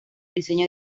diseño